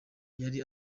yari